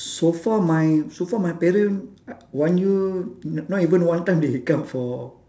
so far my so far my parent one year not even one time they come for